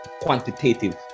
quantitative